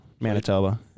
Manitoba